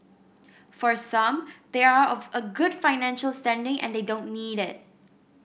for some they are of a good financial standing and they don't need it